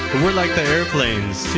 we're like the airplanes too,